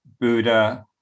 Buddha